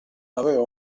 aveva